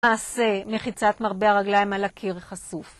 מעשה מחיצת מרבה הרגליים על הקיר חשוף